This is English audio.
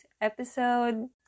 episode